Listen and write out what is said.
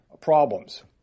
problems